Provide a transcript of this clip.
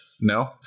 No